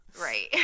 right